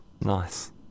nice